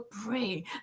pray